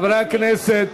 חברי הכנסת,